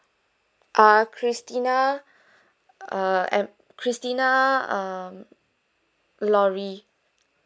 ah christina uh M christina um lori